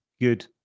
good